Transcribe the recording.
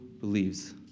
believes